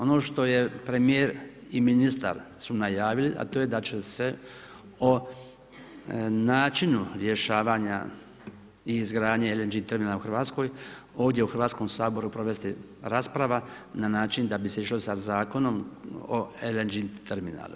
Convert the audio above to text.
Ono što je premijer i ministar su najavili, a to je da će se o načinu rješavanja i izgradnje LNG terminala u Hrvatskoj ovdje u Hrvatskom saboru provesti rasprava na način da bi se išlo sad zakonom o LNG terminalu.